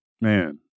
Man